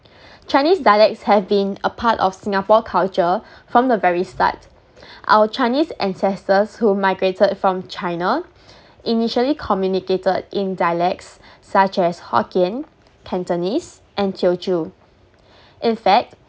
chinese dialects have been a part of singapore culture from the very start our chinese ancestors who migrated from china initially communicated in dialects such as hokkien cantonese and teochew in fact